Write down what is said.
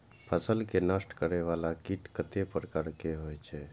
फसल के नष्ट करें वाला कीट कतेक प्रकार के होई छै?